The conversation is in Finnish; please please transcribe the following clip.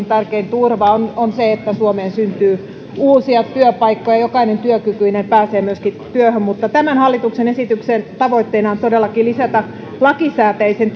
tärkein turva on on se että suomeen syntyy uusia työpaikkoja ja jokainen työkykyinen myöskin pääsee työhön tämän hallituksen esityksen tavoitteena on todellakin lisätä lakisääteisen